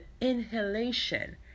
inhalation